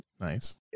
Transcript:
Nice